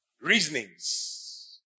Reasonings